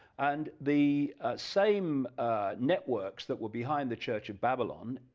and the same networks that were behind the church of babylon,